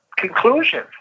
conclusion